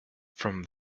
from